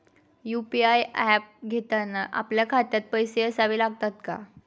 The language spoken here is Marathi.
यु.पी.आय ऍप घेताना आपल्या खात्यात पैसे असावे लागतात का?